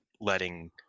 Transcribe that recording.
letting